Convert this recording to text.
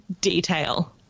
detail